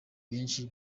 benshi